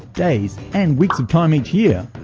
days and weeks of time each year,